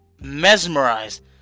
mesmerized